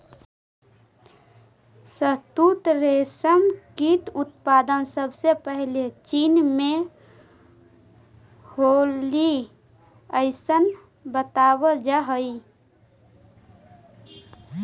शहतूत रेशम कीट उत्पादन सबसे पहले चीन में होलइ अइसन बतावल जा हई